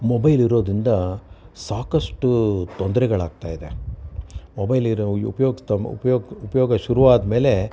mobile ಇರೋದ್ರಿಂದ ಸಾಕಷ್ಟು ತೊಂದರೆಗಳಾಗ್ತಾ ಇದೆ ಮೊಬೈಲ್ ಇರೋ ಉಪ್ಯೋಗಿಸ್ತಾ ಉಪ್ಯೋ ಉಪಯೋಗ ಶುರು ಆದಮೇಲೆ